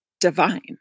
divine